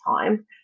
time